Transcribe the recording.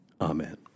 Amen